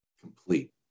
Complete